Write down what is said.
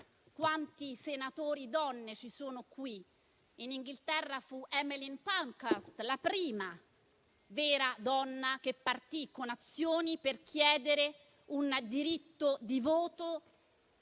Quanti senatori donne ci sono qui? In Inghilterra fu Emmeline Pankhurst la prima donna che partì con azioni concrete per chiedere il diritto di voto